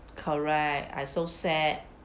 correct I so sad